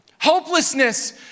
Hopelessness